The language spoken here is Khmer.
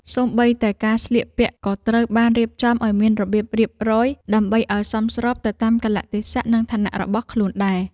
សូម្បីតែការស្លៀកពាក់ក៏ត្រូវបានរៀបចំឱ្យមានរបៀបរៀបរយ ដើម្បីឱ្យសមស្របទៅតាមកាលៈទេសៈ និងឋានៈរបស់ខ្លួនដែរ។